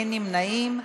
אין נמנעים,